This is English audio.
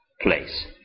place